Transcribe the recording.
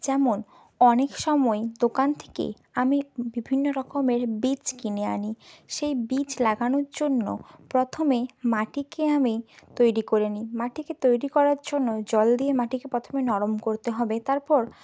যেমন অনেক সময় দোকান থেকে আমি বিভিন্ন রকমের বীজ কিনে আনি সেই বীজ লাগানোর জন্য প্রথমে মাটিকে আমি তৈরি করে নিই মাটিকে তৈরি করার জন্য জল দিয়ে মাটিকে প্রথমে নরম করতে হবে তারপর